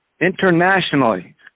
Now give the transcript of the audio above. internationally